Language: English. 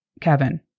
Kevin